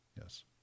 Yes